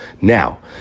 Now